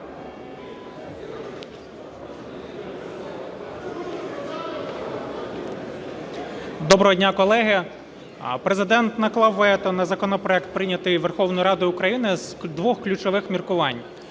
Доброго дня колеги! Президент наклав вето на законопроект, прийнятий Верховною Радою України, з двох ключових міркувань.